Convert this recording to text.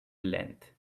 length